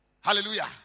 hallelujah